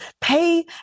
pay